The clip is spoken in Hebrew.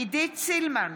עידית סילמן,